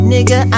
Nigga